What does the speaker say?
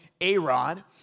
A-Rod